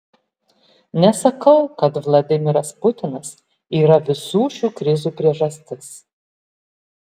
nesakau kad vladimiras putinas yra visų šių krizių priežastis